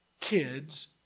kids